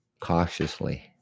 cautiously